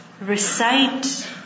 recite